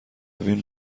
وین